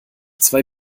zwei